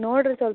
ನೋಡಿ ರಿ ಸ್ವಲ್ಪ